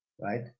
right